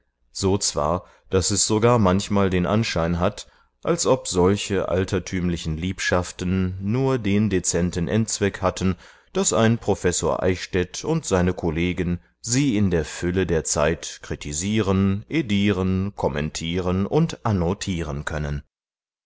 so zwar daß es sogar manchmal den anschein hat als ob solche altertümlichen liebschaften nur den dezenten endzweck hätten daß ein professor eichstädt und seine kollegen sie in der fülle der zeit kritisieren edieren kommentieren und annotieren können